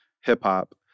hip-hop